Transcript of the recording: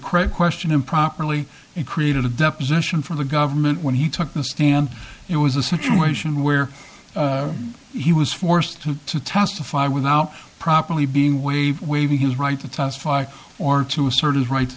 crate question improperly it created a deposition for the government when he took the stand it was a situation where he was forced to testify without properly being waived waiving his right to testify or to assert his right